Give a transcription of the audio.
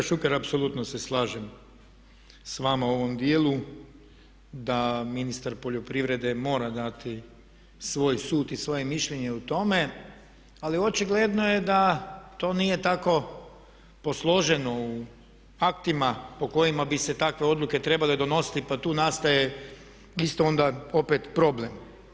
Kolega Šuker, apsolutno se slažem s vama u ovom dijelu da ministar poljoprivrede mora dati svoj sud i svoje mišljenje o tome ali očigledno je da to nije tako posloženo u aktima po kojima bi se takve odluke trebale donositi pa tu nastaje isto onda opet problem.